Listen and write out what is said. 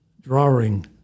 drawing